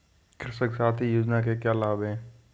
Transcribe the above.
कृषक साथी योजना के क्या लाभ हैं?